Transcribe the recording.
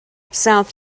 south